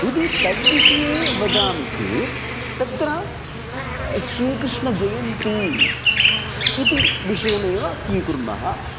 यदि तद्विषये वदामि चेत् तत्र श्रीकृष्णजयन्ती इति विषयमेव स्वीकुर्मः